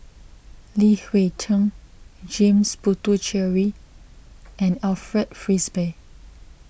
Li Hui Cheng James Puthucheary and Alfred Frisby